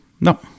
no